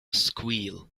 squeal